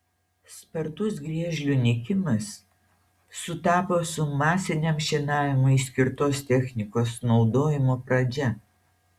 spartus griežlių nykimas sutapo su masiniam šienavimui skirtos technikos naudojimo pradžia